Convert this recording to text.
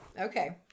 okay